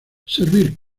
servir